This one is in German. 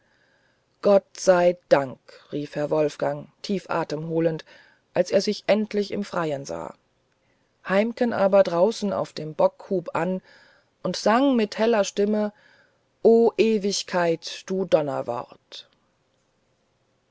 gott sei dank rief herr wolfgang tief atem holend als er sich endlich im freien sah heimken aber draußen auf dem bock hub an und sang mit heller stimme o ewigkeit du donnerwort